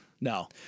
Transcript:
no